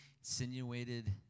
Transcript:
Insinuated